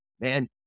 Man